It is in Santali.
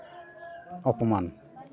ᱚᱯᱚᱢᱟᱱ